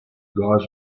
guys